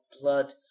blood